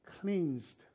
Cleansed